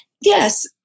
yes